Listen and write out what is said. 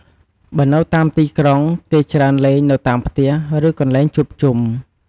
បើនៅតាមទីក្រុង គេច្រើនលេងនៅតាមផ្ទះ ឬកន្លែងជួបជុំ។